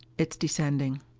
it's descending.